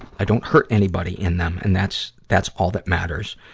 i don't hurt anybody in them. and that's, that's all that matters.